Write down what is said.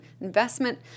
investment